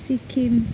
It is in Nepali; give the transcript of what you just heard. सिक्किम